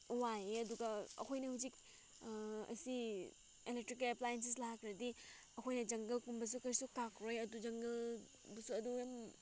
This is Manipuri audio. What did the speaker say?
ꯋꯥꯏꯌꯦ ꯑꯗꯨꯒ ꯑꯩꯈꯣꯏꯅ ꯍꯧꯖꯤꯛ ꯑꯁꯤ ꯑꯦꯂꯦꯛꯇ꯭ꯔꯤꯀꯦꯜ ꯑꯦꯄ꯭ꯂꯥꯏꯌꯦꯟꯁꯦꯁ ꯂꯥꯛꯈ꯭ꯔꯗꯤ ꯑꯩꯈꯣꯏꯅ ꯖꯪꯒꯜꯒꯨꯝꯕꯁꯨ ꯀꯔꯤꯁꯨ ꯀꯛꯂꯣꯏ ꯑꯗꯨ ꯖꯪꯒꯜꯕꯨꯁꯨ ꯑꯗꯨ ꯌꯥꯝ